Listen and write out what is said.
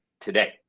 today